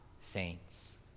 saints